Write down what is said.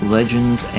Legends